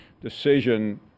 decision